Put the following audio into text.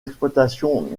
exploitations